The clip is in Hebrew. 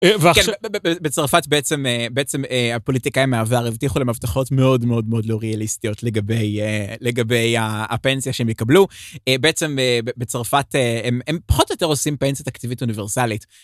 בצרפת בעצם הפוליטיקאים העבר הבטיחו למבטחות מאוד מאוד מאוד לא ריאליסטיות לגבי הפנסיה שהם יקבלו, בעצם בצרפת הם פחות או יותר עושים פנסית אקטיבית אוניברסלית.